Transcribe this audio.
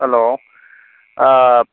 hello ꯑꯥ